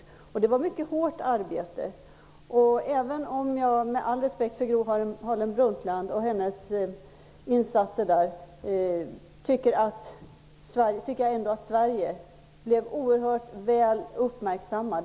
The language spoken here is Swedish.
Det innebar ett mycket hårt arbete. Med all respekt för Gro Harlem Brundtland och hennes insatser i konferensen tycker jag ändå att Sverige blev oerhört väl uppmärksammat.